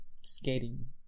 skating